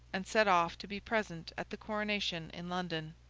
and set off to be present at the coronation in london.